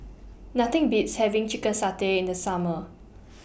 Nothing Beats having Chicken Satay in The Summer